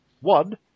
One